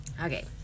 Okay